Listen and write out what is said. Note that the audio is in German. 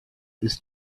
ist